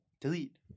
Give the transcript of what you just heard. Delete